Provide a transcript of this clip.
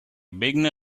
beginner